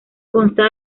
consta